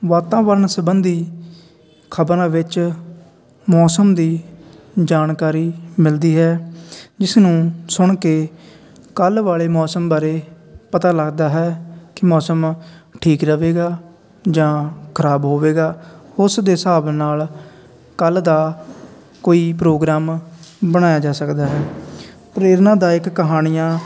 ਵਾਤਾਵਰਨ ਸਬੰਧੀ ਖਬਰਾਂ ਵਿੱਚ ਮੌਸਮ ਦੀ ਜਾਣਕਾਰੀ ਮਿਲਦੀ ਹੈ ਜਿਸ ਨੂੰ ਸੁਣ ਕੇ ਕੱਲ ਵਾਲੇ ਮੌਸਮ ਬਾਰੇ ਪਤਾ ਲੱਗਦਾ ਹੈ ਕਿ ਮੌਸਮ ਠੀਕ ਰਵੇਗਾ ਜਾਂ ਖਰਾਬ ਹੋਵੇਗਾ ਉਸ ਦੇ ਹਿਸਾਬ ਨਾਲ ਕੱਲ ਦਾ ਕੋਈ ਪ੍ਰੋਗਰਾਮ ਬਣਾਇਆ ਜਾ ਸਕਦਾ ਹੈ ਪ੍ਰੇਰਨਾਦਾਇਕ ਕਹਾਣੀਆਂ